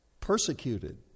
persecuted